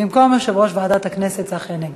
במקום יושב-ראש ועדת הכנסת צחי הנגבי.